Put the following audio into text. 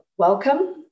Welcome